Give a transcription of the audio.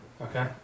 Okay